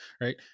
right